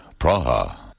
Praha